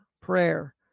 prayer